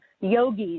yogis